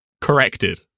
corrected